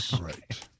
Right